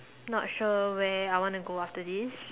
not sure where I want to go after this